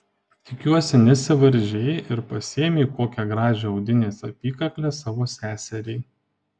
tikiuosi nesivaržei ir pasiėmei kokią gražią audinės apykaklę savo seseriai